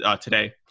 today